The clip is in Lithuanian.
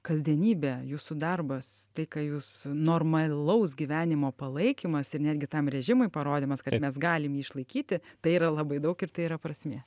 kasdienybė jūsų darbas tai ką jūs normalaus gyvenimo palaikymas ir netgi tam režimui parodymas kad mes galim jį išlaikyti tai yra labai daug ir tai yra prasmė